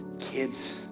kids